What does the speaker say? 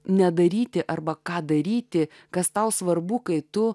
nedaryti arba ką daryti kas tau svarbu kai tu